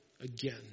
again